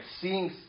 seeing